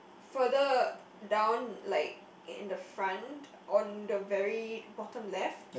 further down like in the front on the very bottom left